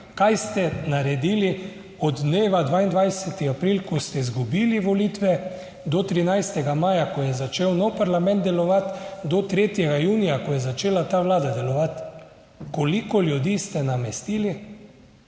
kaj ste naredili od dneva 22. april, ko ste izgubili volitve do 13. maja, ko je začel nov parlament delovati, do 3. junija, ko je začela ta vlada delovati. Koliko ljudi ste namestili?